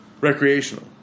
recreational